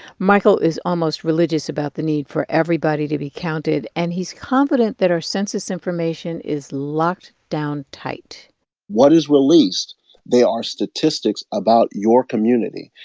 michael is almost religious about the need for everybody to be counted. and he's confident that our census information is locked down tight what is released they are statistics about your community.